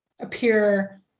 appear